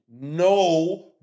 no